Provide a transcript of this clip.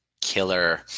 Killer